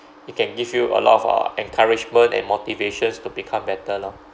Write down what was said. it can give you a lot of uh encouragement and motivations to become better lor